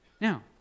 Now